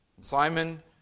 Simon